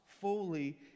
fully